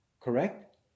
Correct